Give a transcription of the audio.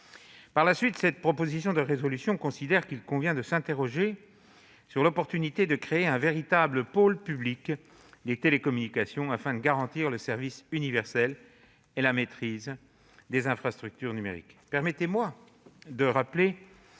les auteurs de la proposition de résolution considèrent qu'il convient de s'interroger sur l'opportunité de créer un véritable pôle public des télécommunications afin de garantir le service universel et la maîtrise publique des infrastructures numériques.